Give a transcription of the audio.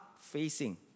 facing